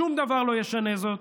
שום דבר לא ישנה זאת.